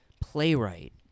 playwright